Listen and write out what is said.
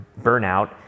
burnout